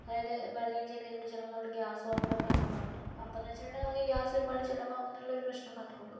അതായത് പാചകം ചെയ്തു കഴിഞ്ഞിട്ട് ചിലപ്പം നമ്മൾ ഗ്യാസ് ഓഫ് ആക്കാനൊക്കെ മറന്ന് പോകും അപ്പം എന്ന് വെച്ചിട്ടുണ്ടെങ്കിൽ നമുക്ക് ഗ്യാസ് ഒരുപാട് ചിലവാകും എന്നുള്ളൊരു പ്രശ്നം മാത്രമേയുള്ളു